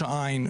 ראש העין,